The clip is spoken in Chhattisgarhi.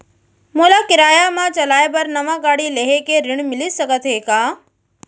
मोला किराया मा चलाए बर नवा गाड़ी लेहे के ऋण मिलिस सकत हे का?